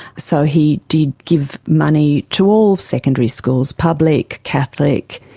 so he did give money to all secondary schools public, catholic,